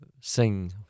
sing